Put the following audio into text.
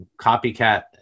copycat